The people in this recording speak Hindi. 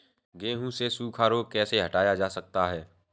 गेहूँ से सूखा रोग कैसे हटाया जा सकता है?